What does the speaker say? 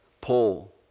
Paul